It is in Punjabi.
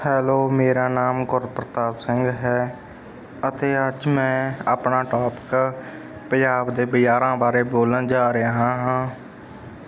ਹੈਲੋ ਮੇਰਾ ਨਾਮ ਗੁਰ ਪ੍ਰਤਾਪ ਸਿੰਘ ਹੈ ਅਤੇ ਅੱਜ ਮੈਂ ਆਪਣਾ ਟੋਪਿਕ ਪੰਜਾਬ ਦੇ ਬਜ਼ਾਰਾਂ ਬਾਰੇ ਬੋਲਣ ਜਾ ਰਿਹਾ ਹਾਂ